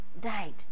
died